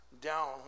Down